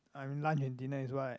I'm lunch and dinner is what